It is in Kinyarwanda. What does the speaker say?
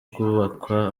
kubakwa